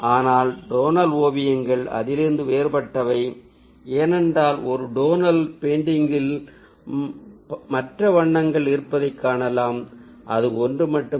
ஆனால் டோனல் ஓவியங்கள் அதிலிருந்து வேறுபட்டவை ஏனென்றால் ஒரு டோனல் பெயிண்டிங்கில் மற்ற வண்ணங்கள் இருப்பதைக் காணலாம் அது ஒன்று மட்டுமல்ல